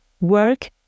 Work